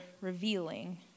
revealing